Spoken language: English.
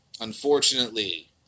unfortunately